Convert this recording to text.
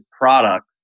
products